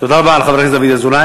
תודה רבה לחבר הכנסת דוד אזולאי.